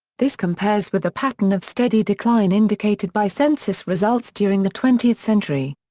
this compares with a pattern of steady decline indicated by census results during the twentieth century.